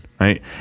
right